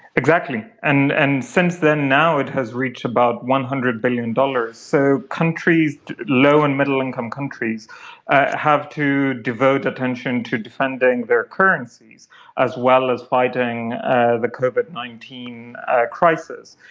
exactly, and and since then now it has reached about one hundred billion dollars, so low and middle income countries have to devote attention to defending their currencies as well as fighting the covid nineteen crisis.